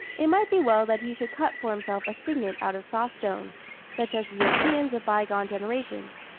it might be well that he should cut for himself a signet out of soft stone such as the europeans of bygone generations,